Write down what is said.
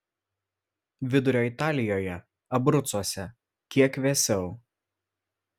vidurio italijoje abrucuose kiek vėsiau